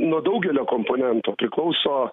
nuo daugelio komponentų priklauso